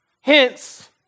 Hence